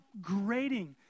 upgrading